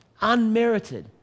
unmerited